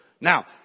Now